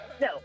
no